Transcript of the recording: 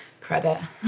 Credit